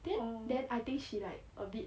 then then I think she like a bit